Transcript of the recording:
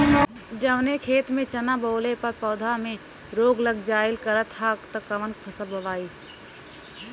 जवने खेत में चना बोअले पर पौधा में रोग लग जाईल करत ह त कवन फसल बोआई?